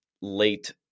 late